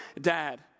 dad